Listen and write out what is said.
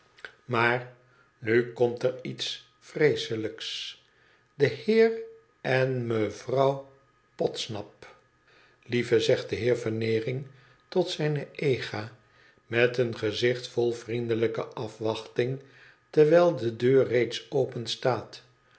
maar nu komt er ietsvreeselijks de heer en me vrouw podsnap t lieve zegt de heer veneering tot zijne egi met een gezicht vol vriendelijke afwachting terwijl de deur reeds openstaat